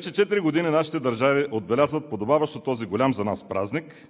четири години нашите държави отбелязват подобаващо този голям за нас празник.